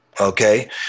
Okay